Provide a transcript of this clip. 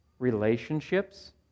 relationships